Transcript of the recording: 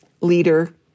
leader